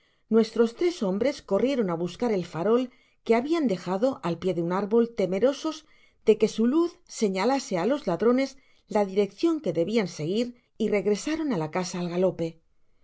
nuestros tres hombres corrieron á buscar el farol que habian dejado al pié de un árbol temerosos de que su luz señalase á los ladrones la direccion que debian seguir y regresaron á la casa al galope